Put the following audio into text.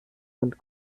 und